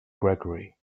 gregory